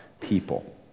people